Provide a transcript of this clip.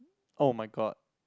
oh-my-god